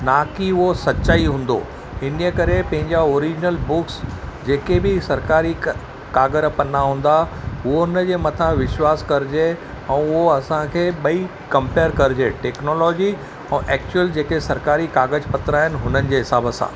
न की उहो सचाई हूंदो इनजे करे पंहिंजा ओरीजिनल बुक्स जेके बि सरकारी क़ागर पन्ना हूंदा उहो उनजे मथां विश्वासु करिजे ऐं उहो असांखे ॿई कंपेअर करिजे टेक्नोलॉजी ऐं एक्चुअल जेके सरकारी क़ागज पत्र आहिनि उन्हनि जे हिसाब सां